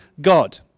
God